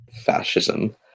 fascism